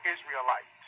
Israelites